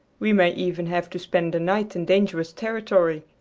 we may even have to spend the night in dangerous territory,